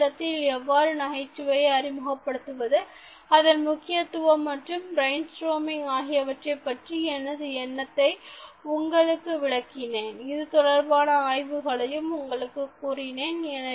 பணியிடத்தில் எவ்வாறு நகைச்சுவையை அறிமுகப்படுத்துவது அதன் முக்கியத்துவம் மற்றும் பிரைன்ஸ்டர்மிங் ஆகியவற்றைப் பற்றி எனது எண்ணத்தை உங்களுக்கு விலக்கினேன் இது தொடர்பான ஆய்வுகளையும் உங்களுக்கு கூறினேன்